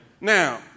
Now